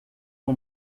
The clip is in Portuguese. uma